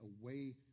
away